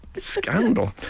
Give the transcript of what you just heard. scandal